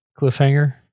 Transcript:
cliffhanger